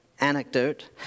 anecdote